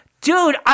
Dude